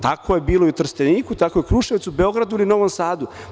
Tako je bilo u Trsteniku, tako je u Kruševcu, Beogradu, Novom Sadu.